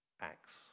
acts